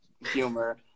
humor